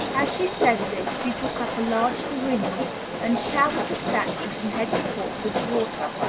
as she said this, she took up a large syringe and showered the statue from head to foot with water,